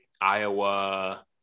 Iowa